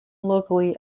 locally